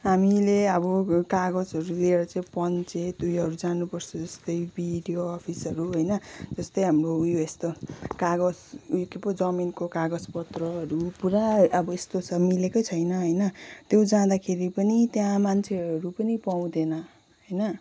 हामीले अब कागजहरू लिएर चाहिँ पञ्चायत उयोहरू जानुपर्छ जस्तै बिडिओ अफिसहरू होइन जस्तै हाम्रो उयो यस्तो कागज उयो के पो जमिनको कागज पत्रहरू पुरा अब यस्तो छ मिलेकै छैन होइन त्यो जाँदाखेरि पनि त्यहाँ मान्छेहरू पनि पाउँदैन होइन